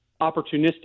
opportunistic